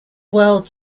world